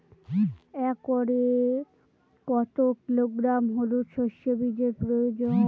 একরে কত কিলোগ্রাম হলুদ সরষে বীজের প্রয়োজন?